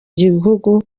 gihugu